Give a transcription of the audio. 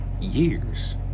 years